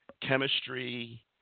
chemistry